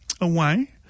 away